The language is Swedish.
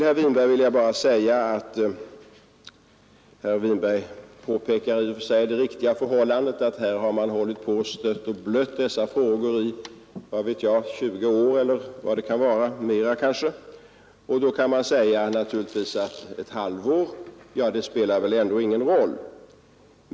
Herr Winberg påpekade det i och för sig riktiga förhållandet att man stött och blött dessa frågor i 20 år, kanske mera, och då kan man naturligtvis säga att ett halvår spelar ändå ingen roll.